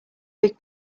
big